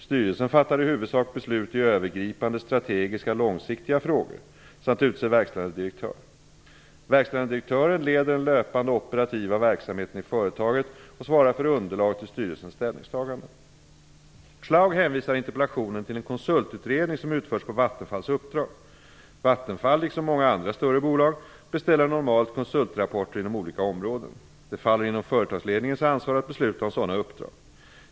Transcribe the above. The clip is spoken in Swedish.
Styrelsen fattar i huvudsak beslut i övergripande strategiska, långsiktiga frågor samt utser verkställande direktör. Verkställande direktören leder den löpande operativa verksamheten i företaget som svarar för underlag till styrelsens ställningstaganden. Schlaug hänvisar i interpellationen till en konsultutredning som utförts på Vattenfalls uppdrag. Vattenfall, liksom många andra större bolag, beställer normalt konsultrapporter inom olika områden. Det faller inom företagsledningens ansvar att besluta om sådana uppdrag.